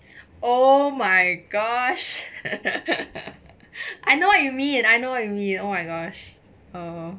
oh my gosh I know what you mean and I know what you mean oh my gosh